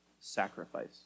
sacrifice